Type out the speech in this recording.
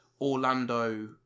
Orlando